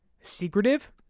secretive